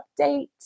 update